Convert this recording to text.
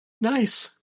Nice